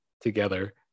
together